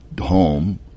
home